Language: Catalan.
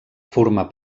formar